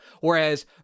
Whereas